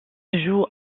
joue